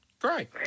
Great